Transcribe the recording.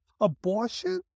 abortion